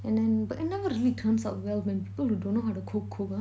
and then but it not really turns out well when people who dunno how to cook cook ah